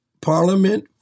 parliament